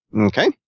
Okay